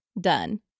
done